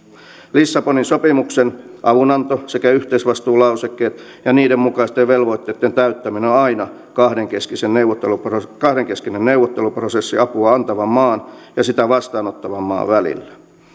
lissabonin sopimuksen avunanto sekä yhteisvastuulausekkeet ja niiden mukaisten velvoitteitten täyttäminen ovat aina kahdenkeskinen neuvotteluprosessi kahdenkeskinen neuvotteluprosessi apua antavan maan ja sitä vastaanottavan maan välillä